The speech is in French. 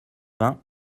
vingts